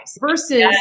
versus